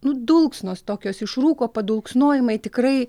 nu dulksnos tokios iš rūko padulksnojimai tikrai